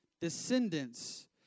descendants